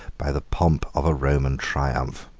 by the pomp of a roman triumph.